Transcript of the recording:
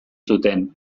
zuten